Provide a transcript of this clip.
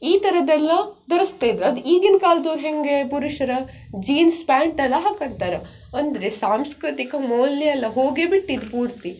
ಈ ಥರದ್ದೆಲ್ಲ ಧರಿಸ್ತಾ ಇದ್ರು ಅದು ಈಗಿನ ಕಾಲ್ದವ್ರು ಹೇಗೆ ಪುರುಷ್ರು ಜೀನ್ಸ್ ಪ್ಯಾಂಟ್ ಎಲ್ಲ ಹಾಕಂತಾರ ಅಂದರೆ ಸಾಂಸ್ಕೃತಿಕ ಮೌಲ್ಯ ಎಲ್ಲ ಹೋಗೇ ಬಿಟ್ಟಿದೆ ಪೂರ್ತಿ